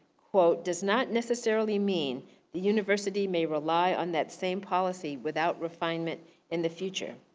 quote, does not necessarily mean the university may rely on that same policy without refinement in the future.